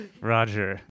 Roger